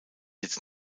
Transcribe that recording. jetzt